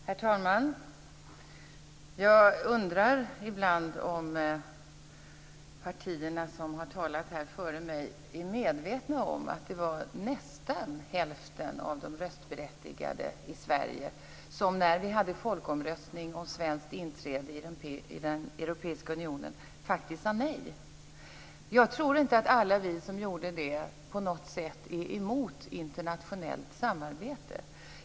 Herr talman! Jag undrar ibland om man i de partier som talat före mig är medveten om att nästan hälften av de röstberättigade i Sverige faktiskt sade nej när vi hade folkomröstning om svenskt inträde i den europeiska unionen. Jag tror inte att alla vi som gjorde det på något sätt är emot internationellt samarbete.